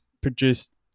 produced